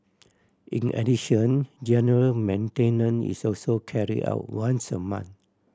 in addition general maintenance is also carry out once a month